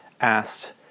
asked